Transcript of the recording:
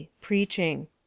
Preaching